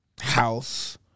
house